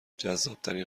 جذابترین